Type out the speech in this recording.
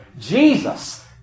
Jesus